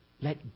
Let